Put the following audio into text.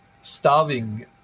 starving